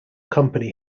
company